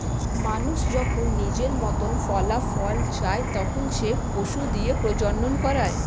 মানুষ যখন নিজের মতন ফলাফল চায়, তখন সে পশু দিয়ে প্রজনন করায়